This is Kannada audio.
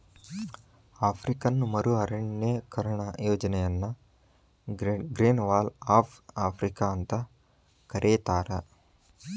ಆಫ್ರಿಕನ್ ಮರು ಅರಣ್ಯೇಕರಣ ಯೋಜನೆಯನ್ನ great green wall of Africa ಅಂತ ಕರೇತಾರ